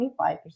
25